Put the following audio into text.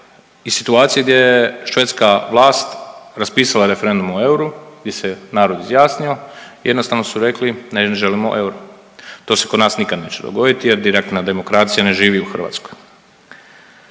je situacija i gdje je švedska vlast raspisala referendum o euru gdje se narod izjasnio, jednostavno su rekli, ne želimo euro. To se kod nas nikad neće dogoditi jer direktna demokracija ne živi u Hrvatskoj.